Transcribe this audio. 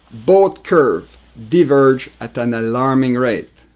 both curves diverge at an alarming rate.